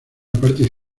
parte